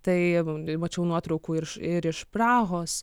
tai mačiau nuotraukų ir iš ir iš prahos